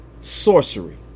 sorcery